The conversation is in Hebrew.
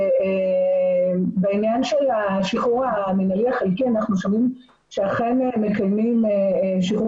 ובעניין של השחרור המנהלי החלקי אנחנו שומעים שאכן מקיימים שחרור